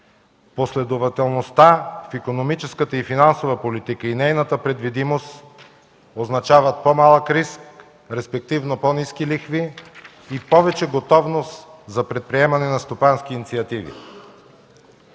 последователността в икономическата и финансова политика и нейната предвидимост означават по-малък риск, респективно по-ниски лихви и повече готовност за предприемане на стопански инициативи.